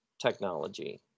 technology